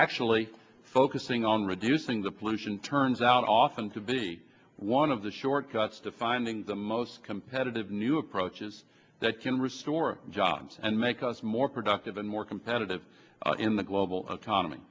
actually focusing on reducing the pollution turns out often to be one of the shortcuts to finding the most competitive new approaches that can restore jobs and make us more productive and more competitive in the global